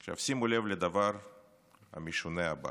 עכשיו שימו לב לדבר המשונה הבא: